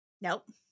Nope